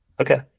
Okay